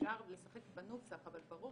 אפשר לשחק בנוסח, אבל ברור